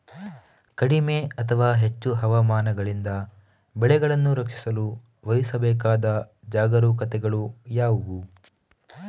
ಕಡಿಮೆ ಅಥವಾ ಹೆಚ್ಚು ಹವಾಮಾನಗಳಿಂದ ಬೆಳೆಗಳನ್ನು ರಕ್ಷಿಸಲು ವಹಿಸಬೇಕಾದ ಜಾಗರೂಕತೆಗಳು ಯಾವುವು?